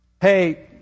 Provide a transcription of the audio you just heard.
hey